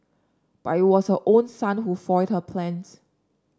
but it was her own son who foiled her plans